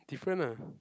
different ah